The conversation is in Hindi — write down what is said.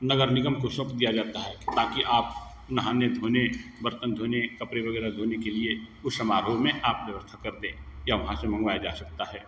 नगर निगम को सौंप दिया जाता है ताकि आप नहाने धोने बर्तन धोने कपड़े वगैरह धोने के लिए उस समारोह में आप व्यवस्था कर दें या वहाँ से मँगवाया जा सकता है